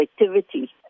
activity